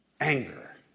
Anger